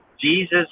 Jesus